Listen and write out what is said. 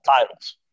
titles